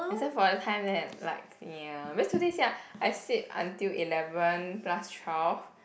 except for the time when like ya because today you see ah I sleep until eleven plus twelve